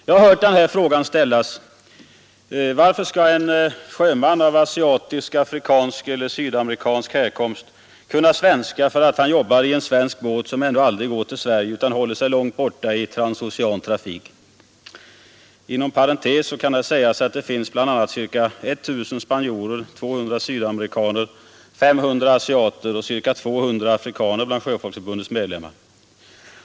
Jag har hört den här frågan ställas: Varför skall en sjöman av asiatisk, afrikansk eller sydamerikansk härkomst kunna svenska därför att han jobbar på en svensk båt, som ändå aldrig går till Sverige utan håller sig långt borta i transocean trafik? Inom parentes kan här sägas att det finns bl.a. ca 1000 spanjorer, 200 sydamerikaner, 500 asiater och 200 afrikaner bland Sjöfolksförbundets medlemmar.